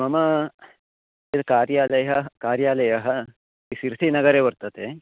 मम यः कार्यालयः कार्यालयः सिर्षिनगरे वर्तते